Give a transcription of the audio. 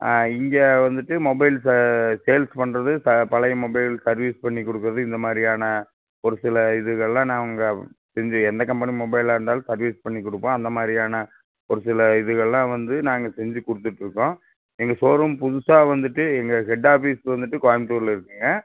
ஆ இங்கே வந்துவிட்டு mobile sales பண்ணுறது பழைய மொபைல் சர்வீஸ் பண்ணி கொடுக்குறது இந்த மாதிரியான ஒரு சில இதுங்கலாம் நாங்கள் செஞ்சு எந்த கம்பெனி மொபைலாக இருந்தாலும் சர்வீஸ் பண்ணி கொடுப்போம் அந்த மாதிரியான ஒரு சில இதுகள்லாம் வந்து நாங்கள் செஞ்சு கொடுத்துட்ருக்கோம் எங்கள் ஷோரூம் புதுசாக வந்துவிட்டு எங்கள் ஹெட் ஆஃபிஸ் வந்துவிட்டு கோயம்புத்தூரில் இருக்குங்க